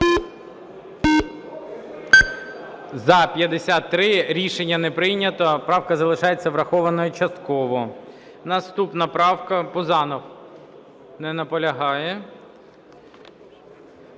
За-53 Рішення не прийнято. Правка залишається врахованою частково. Наступна правка, Пузанов. Не наполягає.